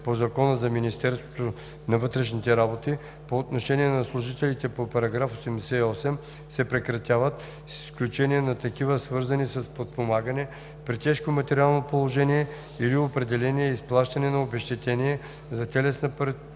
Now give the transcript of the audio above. по Закона за Министерството на вътрешните работи по отношение на служителите по § 88 се прекратяват, с изключение на такива, свързани с подпомагане при тежко материално положение или определяне и изплащане на обезщетение за телесна